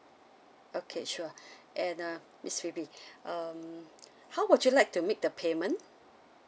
okay sure and uh miss phoebe um how would you like to make the payment